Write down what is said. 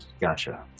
Gotcha